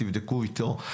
תבדקו איתו,